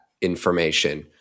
information